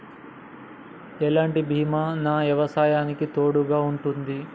ఎలాంటి బీమా నా వ్యవసాయానికి తోడుగా ఉంటుంది?